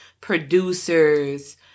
producers